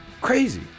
Crazy